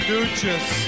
Duchess